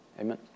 amen